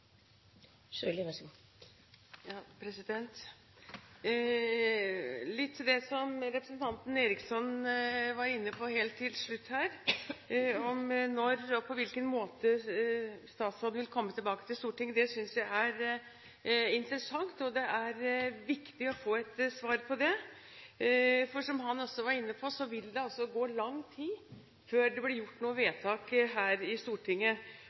bør være, så raskt som overhodet mulig? Det håper jeg at statsråden kan kvittere ut i løpet av denne interpellasjonsdebatten. Litt til det som representanten Eriksson var inne på helt til slutt her, om når og på hvilken måte statsråden vil komme tilbake til Stortinget. Det synes jeg er interessant. Det er viktig å få et svar på det, for som Eriksson også var inne på, vil det gå lang tid før det blir gjort noen vedtak her i